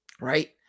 right